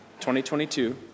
2022